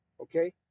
Okay